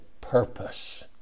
purpose